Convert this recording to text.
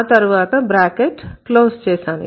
ఆ తరువాత bracket close చేశాను